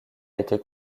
été